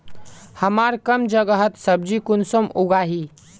हमार कम जगहत सब्जी कुंसम उगाही?